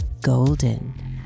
golden